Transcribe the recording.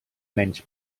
menys